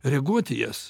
reaguoti į jas